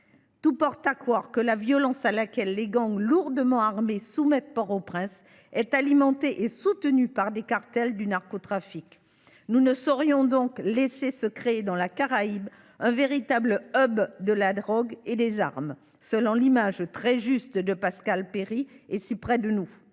Tout porte à croire que la violence à laquelle les gangs lourdement armés soumettent Port au Prince est alimentée et soutenue par des cartels du narcotrafic. Nous ne saurions donc laisser se créer dans la Caraïbe, si près de nous, un véritable de la drogue et des armes, selon l’image très juste de Pascal Perri. Certes,